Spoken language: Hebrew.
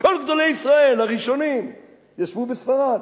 כל גדולי ישראל הראשונים ישבו בספרד.